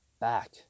back